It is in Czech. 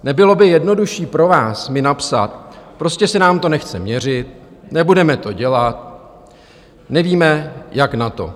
Nebylo by jednodušší pro vás mi napsat: Prostě se nám to nechce měřit, nebudeme to dělat, nevíme, jak na to.